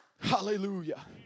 Hallelujah